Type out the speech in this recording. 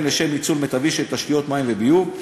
לשם ניצול מיטבי של תשתיות מים וביוב,